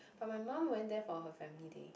but my mum went there for her family day